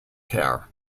care